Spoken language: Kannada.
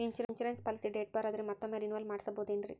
ಇನ್ಸೂರೆನ್ಸ್ ಪಾಲಿಸಿ ಡೇಟ್ ಬಾರ್ ಆದರೆ ಮತ್ತೊಮ್ಮೆ ರಿನಿವಲ್ ಮಾಡಿಸಬಹುದೇ ಏನ್ರಿ?